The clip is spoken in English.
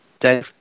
Dave